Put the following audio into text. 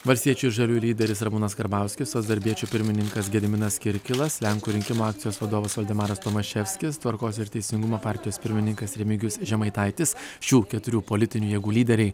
valstiečių ir žaliųjų lyderis ramūnas karbauskis darbiečių pirmininkas gediminas kirkilas lenkų rinkimų akcijos vadovas voldemaras tomaševskis tvarkos ir teisingumo partijos pirmininkas remigijus žemaitaitis šių keturių politinių jėgų lyderiai